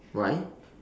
why